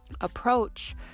approach